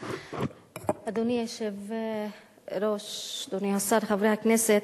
אדוני היושב-ראש, אדוני השר, חברי הכנסת,